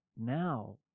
now